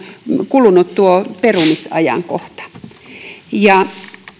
kulunut tuo perumisajankohta